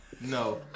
No